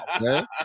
Man